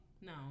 No